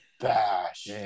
bash